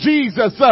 Jesus